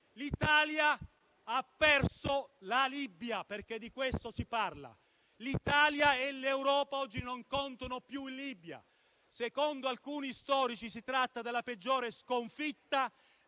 l'Italia ha perso la Libia, perché di questo si parla. L'Italia e l'Europa oggi non contano più in Libia. Secondo alcuni storici si tratta della peggiore sconfitta